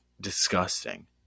disgusting